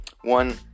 one